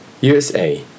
USA